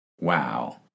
wow